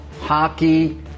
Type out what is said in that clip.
hockey